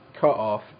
cutoff